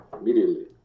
Immediately